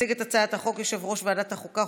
יציג את הצעת החוק יושב-ראש ועדת החוקה,